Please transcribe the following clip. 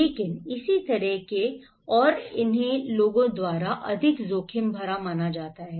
लेकिन इसी तरह के और इन्हें लोगों द्वारा अधिक जोखिम भरा माना जाता है